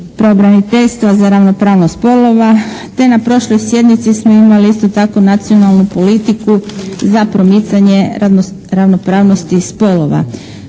pravobraniteljstva za ravnopravnost spolova, te na prošloj sjednici smo imali isto tako nacionalnu politiku za promicanje ravnopravnosti spolova.